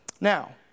Now